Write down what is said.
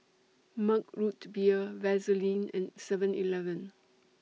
Mug Root Beer Vaseline and Seven Eleven